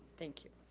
thank you.